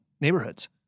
neighborhoods